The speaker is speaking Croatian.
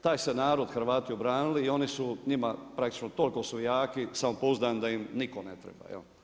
Taj su narod Hrvati obranili i oni su njima praktičko, toliko su jaki, samopouzdani da im nitko ne treba.